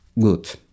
good